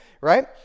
right